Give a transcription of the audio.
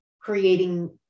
creating